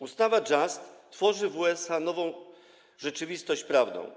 Ustawa Just tworzy w USA nową rzeczywistość prawną.